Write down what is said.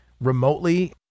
remotely